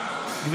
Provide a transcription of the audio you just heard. השרה גולן.